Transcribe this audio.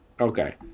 Okay